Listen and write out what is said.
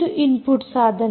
ಇದು ಇನ್ಪುಟ್ಸಾಧನ